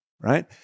right